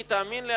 כי תאמין לי,